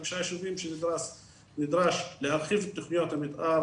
חמישה יישובים שנדרש להרחיב את תכניות המתאר